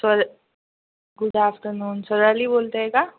स्वर good afternoon Swarali बोलते आहे का